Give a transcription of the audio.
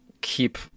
keep